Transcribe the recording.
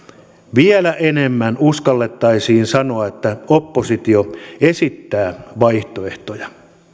vielä enemmän uskallettaisiin sanoa että oppositio esittää vaihtoehtoja